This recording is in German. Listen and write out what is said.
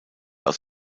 aus